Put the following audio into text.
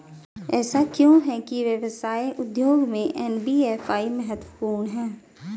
ऐसा क्यों है कि व्यवसाय उद्योग में एन.बी.एफ.आई महत्वपूर्ण है?